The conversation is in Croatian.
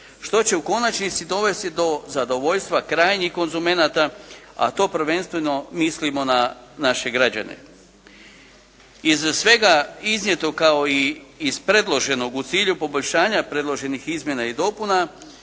što će u konačnici dovesti do zadovoljstva krajnjih konzumenata, a to prvenstveno mislimo na naše građane. Iz svega iznijetog kao i iz predloženog u cilju poboljšanja predloženih izmjena i dopuna